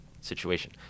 situation